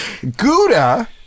gouda